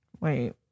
Wait